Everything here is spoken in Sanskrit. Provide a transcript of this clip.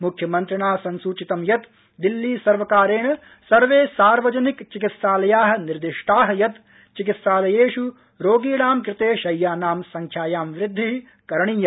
मुख्यमन्त्रिणा संसूचितं यत् दिल्ली सर्वकारेण सर्वे सार्वजनिक चिकित्सालया निर्दिष्टा यत् चिकित्सालयेष् रोगीणां कृते शव्यानां संख्यायां वृद्धि करणीया